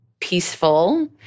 peaceful